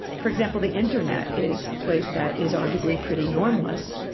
for example, the internet is a place that is arguably pretty normless.